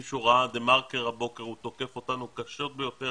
מישהו מדה מרקר הבוקר תקף אותנו קשות ביותר